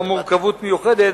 או מורכבות מיוחדת,